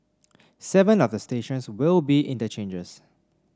seven of the stations will be interchanges